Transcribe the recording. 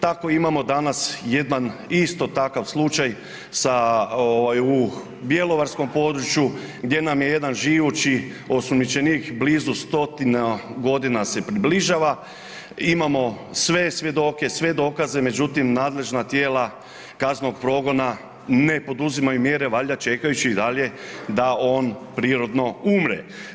Tako imamo danas isto takav slučaj u bjelovarskom području gdje nam je jedan živući osuđenik blizu stotinu godina se približava, imamo sve svjedoke, sve dokaze, međutim nadležna tijela kaznenog progona ne poduzimaju mjere valjda čekajući i dalje da on prirodno umre.